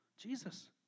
Jesus